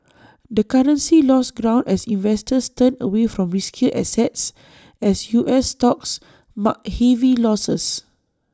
the currency lost ground as investors turned away from riskier assets as us stocks marked heavy losses